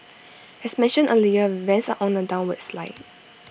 as mentioned earlier rents are on A downward slide